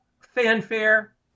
fanfare